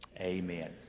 amen